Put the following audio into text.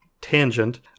tangent